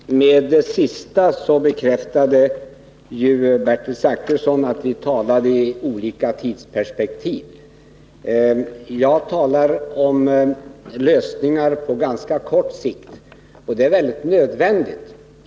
Fru talman! Med det sista bekräftade Bertil Zachrisson att vi talar i olika tidsperspektiv. Jag talar om lösningar på ganska kort sikt, och det är väldigt nödvändigt.